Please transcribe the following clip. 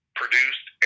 produced